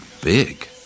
Big